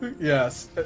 Yes